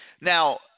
Now